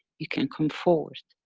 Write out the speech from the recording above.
you can come forward.